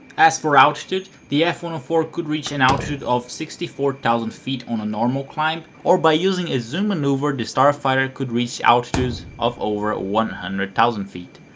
as for altitude, the f one and four could reach an altitude of sixty four thousand feet on a normal climb or by using a zoom maneuver the starfighter could reach altitudes of over one hundred thousand feet.